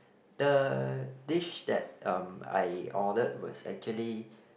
the dish that um I ordered was actually